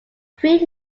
three